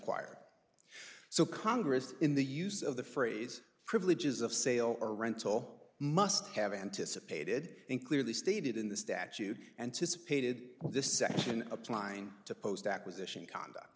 uired so congress in the use of the phrase privileges of sale or rental must have anticipated and clearly stated in the statute and to supported this action applying to post acquisition conduct